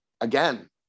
Again